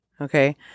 Okay